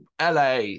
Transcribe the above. LA